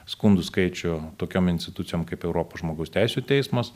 skundų skaičių tokiom institucijom kaip europos žmogaus teisių teismas